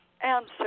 answer